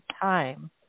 time